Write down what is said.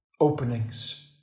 openings